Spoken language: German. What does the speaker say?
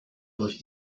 durch